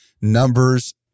numbers